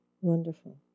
wonderful